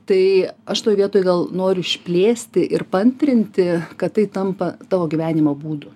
tai aš toj vietoj gal noriu išplėsti ir paantrinti kad tai tampa tavo gyvenimo būdu